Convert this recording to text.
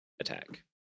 attack